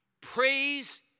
Praise